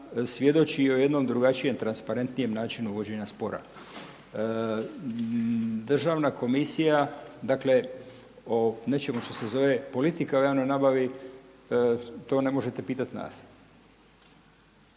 svjedoči o jednom drugačijem transparentnijem načinu vođenja spora. Državna komisija dakle o nečemu što se zove politika u javnoj nabavi to ne možete pitati nas.